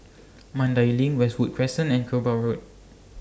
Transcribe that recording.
Mandai LINK Westwood Crescent and Kerbau Road